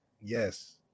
Yes